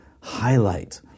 highlight